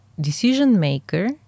decision-maker